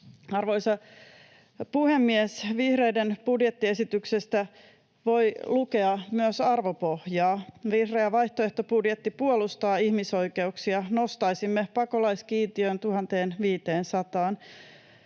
Arvoisa puhemies! Vihreiden budjettiesityksestä voi lukea myös arvopohjaa. Vihreä vaihtoehtobudjetti puolustaa ihmisoikeuksia. Nostaisimme pakolaiskiintiön 1